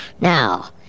Now